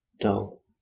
dull